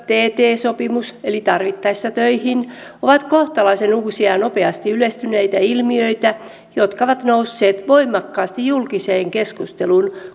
tt sopimus eli tarvittaessa töihin ovat kohtalaisen uusia ja nopeasti yleistyneitä ilmiöitä jotka ovat nousseet voimakkaasti julkiseen keskusteluun